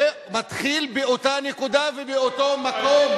זה מתחיל באותה נקודה ובאותו מקום.